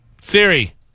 Siri